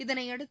இதனையடுத்து